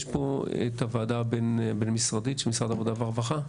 יש פה את הוועדה הבין-משרדית של משרד העבודה והרווחה?